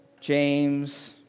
James